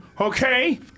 okay